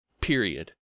period